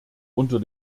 unter